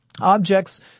Objects